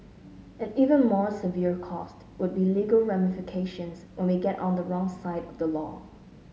an even more severe cost would be legal ramifications when we get on the wrong side of the law